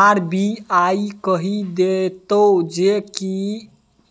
RBI कहि देतौ जे ई